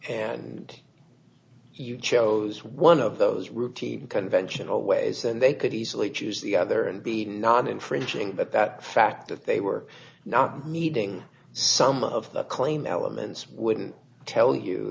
and you chose one of those routine conventional ways and they could easily choose the other and be not infringing but that fact that they were not needing some of the claim elements wouldn't tell you